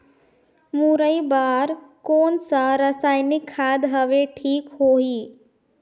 मुरई बार कोन सा रसायनिक खाद हवे ठीक होही?